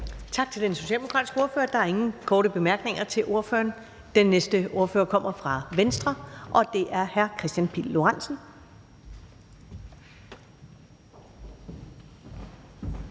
Tak til den socialdemokratiske ordfører. Der er ingen korte bemærkninger til ordføreren. Den næste ordfører kommer fra Venstre, og det er hr. Kristian Pihl Lorentzen.